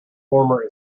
former